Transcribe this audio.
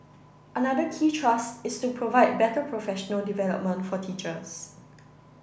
another key thrust is to provide better professional development for teachers